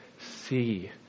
See